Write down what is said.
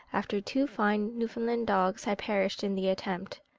after two fine newfoundland dogs had perished in the attempt.